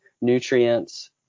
nutrients